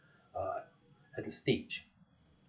uh at the stage